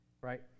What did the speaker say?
Right